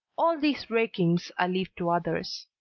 all these rakings i leave to others.